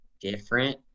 different